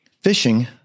fishing